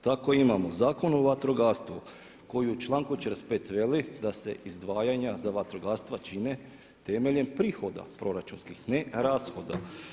Tako imamo Zakon o vatrogastvu koji u članku 45. kaže da se izdvajanja za vatrogastvo čine temeljem prihoda proračunskih, ne rashoda.